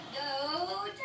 Go